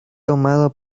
tomado